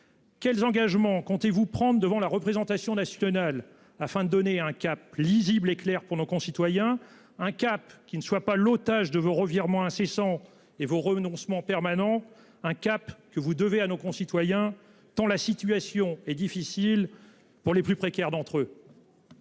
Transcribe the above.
Quels engagements comptez-vous prendre devant la représentation nationale afin de donner un cap lisible et clair pour nos concitoyens, un cap qui ne soit pas l'otage de The revirements incessants et vos renoncements permanents, un cap que vous devez à nos concitoyens, tant la situation est difficile pour les plus précaires d'entre eux.